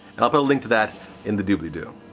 and i'll put a link to that in the doobly-do.